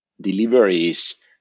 deliveries